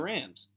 Rams